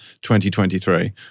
2023